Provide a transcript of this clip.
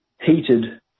heated